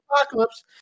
apocalypse